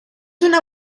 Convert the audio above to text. una